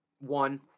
one